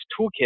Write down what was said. toolkit